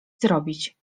zrobić